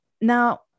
Now